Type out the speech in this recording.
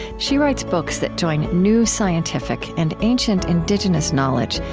she writes books that join new scientific and ancient indigenous knowledge,